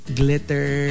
glitter